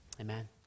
amen